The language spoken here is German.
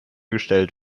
gestellt